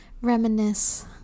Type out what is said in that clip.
reminisce